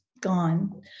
gone